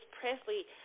Presley